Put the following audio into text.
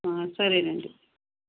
సరే అండి